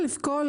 זה ראשית,